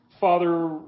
Father